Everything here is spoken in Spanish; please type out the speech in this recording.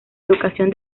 educación